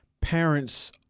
parents